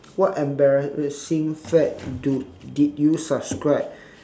what embarrassing fad do did you subscribe